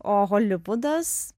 o holivudas